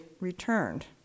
returned